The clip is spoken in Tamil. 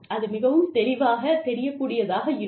அது மிகவும் தெளிவாக தெரியக் கூடியதாக இருக்கும்